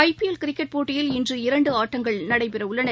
ஐ P L cricket போட்டியில் இன்று இரண்டு ஆட்டங்கள் நடைபெறவுள்ளன